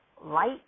light